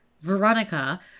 veronica